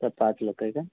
तर पाच लोक आहे का